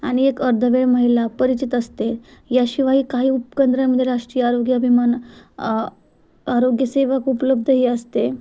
आणि एक अर्ध वेळ महिला परिचित असते याशिवाय काही उपकेंद्रामध्ये राष्ट्रीय आरोग्य अभिमान आरोग्यसेवा उपलब्धही असते